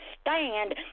stand